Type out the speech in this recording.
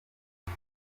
uku